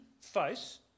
face